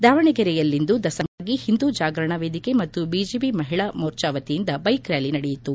ದಾವಣಗೆರೆಯಲ್ಲಿಂದು ದಸರಾ ಪಬ್ದದ ಅಂಗವಾಗಿ ಒಂದೂ ಜಾಗರಣಾ ವೇದಿಕೆ ಮತ್ತು ಬಿಜೆಪಿ ಮಹಿಳಾ ಮೋರ್ಚಾವತಿಯಿಂದ ಬೈಕ್ ರ್ಕಾಲಿ ನಡೆಯಿತು